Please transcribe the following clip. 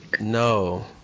No